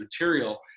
material